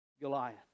Goliath